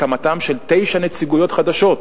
על הקמתן של תשע נציגויות חדשות,